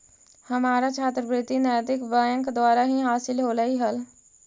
हमारा छात्रवृति नैतिक बैंक द्वारा ही हासिल होलई हल